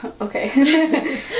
Okay